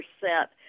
percent